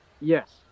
Yes